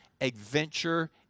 adventure